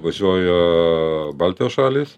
važiuoja baltijos šalys